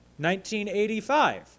1985